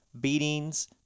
beatings